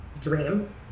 Dream